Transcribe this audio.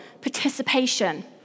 participation